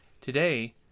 Today